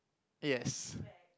yes